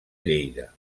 lleida